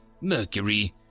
Mercury